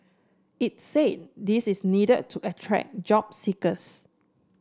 it say this is need to attract job seekers